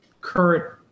current –